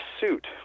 suit